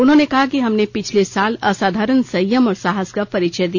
उन्होंने कहा कि हमने पिछले साल असाधारण संयम और साहस का परिचय दिया